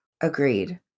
Agreed